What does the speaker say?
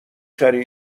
خری